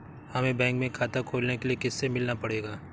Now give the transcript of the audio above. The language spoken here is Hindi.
हमे बैंक में खाता खोलने के लिए किससे मिलना पड़ेगा?